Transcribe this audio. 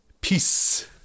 peace